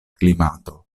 klimato